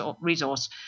resource